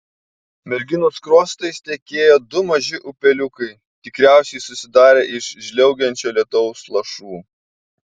merginos skruostais tekėjo du maži upeliukai tikriausiai susidarę iš žliaugiančio lietaus lašų